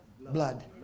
blood